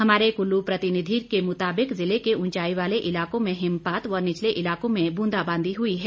हमारे कुल्लू प्रतिनिधि के मुताबिक जिले के ऊंचाई वाले इलाकों में हिमपात व निचले इलाकों में बूंदाबांदी हुई है